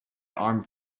arm